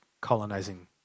colonizing